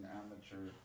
amateur